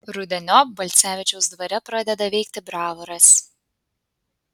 rudeniop balcevičiaus dvare pradeda veikti bravoras